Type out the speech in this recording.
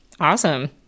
Awesome